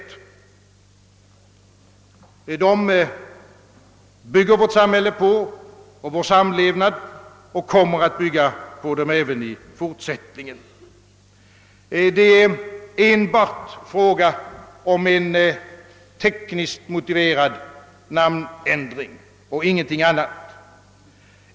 På dessa bygger vårt samhälle och vår samlevnad och kommer att göra det även i fortsättningen. Det är alltså fråga om en tekniskt motiverad namnändring och ingenting annat.